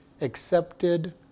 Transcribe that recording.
accepted